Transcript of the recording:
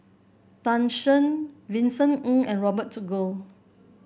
Tan Shen Vincent Ng and Robert Goh